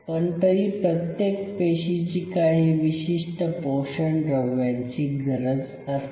पण तरी प्रत्येक पेशीची काही विशिष्ट पोषणद्रव्यांची गरज असते